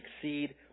succeed